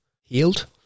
healed